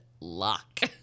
luck